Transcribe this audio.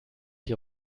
die